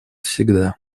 всегда